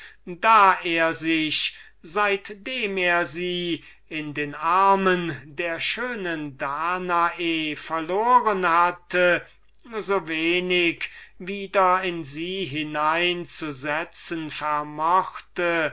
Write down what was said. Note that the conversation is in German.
da es ihm seitdem er sie in den armen der schönen danae verloren hatte unmöglich geblieben war sich wieder in sie hineinzusetzen